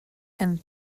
and